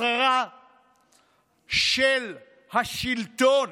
השררה של השלטון,